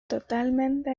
totalmente